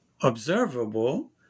observable